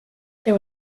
there